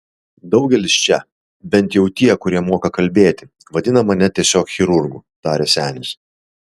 daugelis čia bent jau tie kurie moka kalbėti vadina mane tiesiog chirurgu tarė senis